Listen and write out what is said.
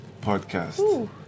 Podcast